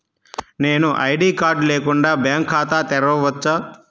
నేను ID card లేకుండా bank ఖాతా తెరవచ్చా?